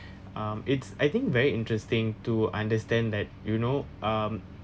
um it's I think very interesting to understand that you know um